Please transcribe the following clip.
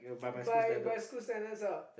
my my school send us out